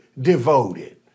devoted